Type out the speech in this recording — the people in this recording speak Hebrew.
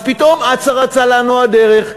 אז פתאום אצה רצה לנו הדרך.